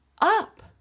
up